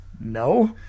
no